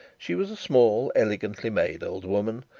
she was a small elegantly made old woman,